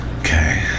Okay